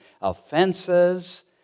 offenses